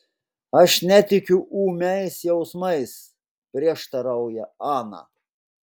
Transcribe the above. aš netikiu ūmiais jausmais prieštarauja ana